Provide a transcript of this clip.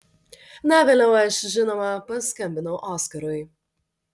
na vėliau aš žinoma paskambinau oskarui